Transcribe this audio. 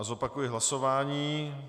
Zopakuji hlasování.